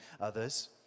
others